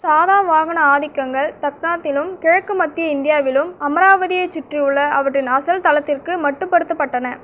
சாதவாகன ஆதிக்கங்கள் தக்காணாத்திலும் கிழக்கு மத்திய இந்தியாவிலும் அமராவதியைச் சுற்றியுள்ள அவற்றின் அசல் தளத்திற்கு மட்டுப்படுத்தப்பட்டன